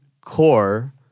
core